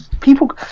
People